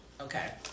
Okay